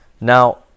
Now